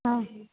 आहे